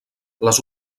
les